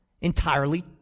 entirely